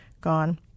gone